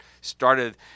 started